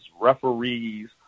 referees